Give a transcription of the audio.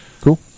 Cool